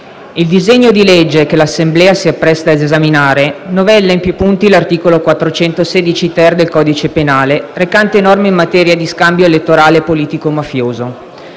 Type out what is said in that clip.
il disegno di legge che l'Assemblea si appresta ad esaminare novella in più punti l'articolo 416-*ter* del codice penale recante norme in materia di scambio elettorale politico-mafioso.